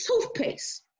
toothpaste